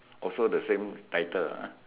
also the same title ah